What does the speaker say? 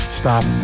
stop